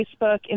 Facebook